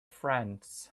friends